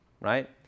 right